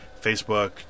Facebook